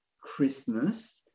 Christmas